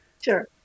Sure